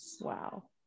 Wow